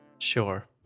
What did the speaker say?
Sure